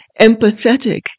empathetic